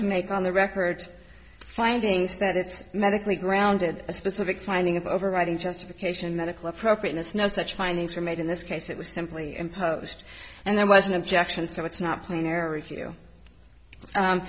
to make on the record findings that it's medically grounded a specific finding of overriding justification medical appropriateness no such findings are made in this case it was simply imposed and there was an objection so it's not